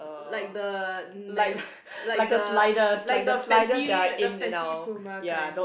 like the Nike like the like the Fenty the Fenty Puma kind